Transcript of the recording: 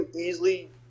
easily